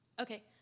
Okay